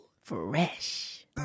Fresh